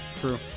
true